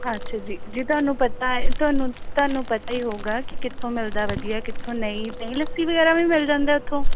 ਅੱਛਾ ਜੀ ਜੇ ਤੁਹਾਨੂੰ ਪਤਾ ਤੁਹਾਨੂੰ ਤੁਹਾਨੂੰ ਪਤਾ ਹੀ ਹੋਊਗਾ ਕਿ ਕਿੱਥੋਂ ਮਿਲਦਾ ਵਧੀਆ ਕਿਥੋਂ ਨਹੀਂ ਦਹੀਂ ਲੱਸੀ ਵਗੈਰਾ ਵੀ ਮਿਲ ਜਾਂਦਾ ਉਥੋਂ